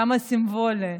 כמה סימבולי.